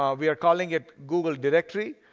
um we are calling it google directory.